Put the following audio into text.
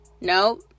Nope